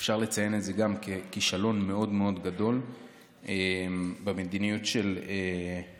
שאפשר לציין גם את זה ככישלון מאוד מאוד גדול במדיניות של השר,